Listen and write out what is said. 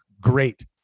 great